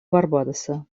барбадоса